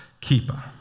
keeper